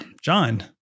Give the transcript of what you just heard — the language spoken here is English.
John